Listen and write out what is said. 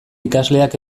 ikasleak